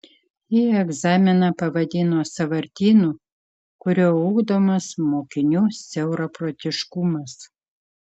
ji egzaminą pavadino sąvartynu kuriuo ugdomas mokinių siauraprotiškumas